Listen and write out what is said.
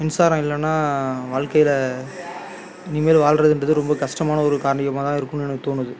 மின்சாரம் இல்லைனா வாழ்க்கையில் இனிமேல் வாழ்கிறதுன்றது ரொம்ப கஷ்டமான ஒரு காரியமாக தான் இருக்கும்னு எனக்கு தோணுது